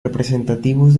representativos